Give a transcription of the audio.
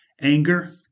anger